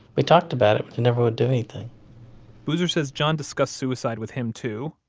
we talked about it, but he never would do anything boozer says john discussed suicide with him too,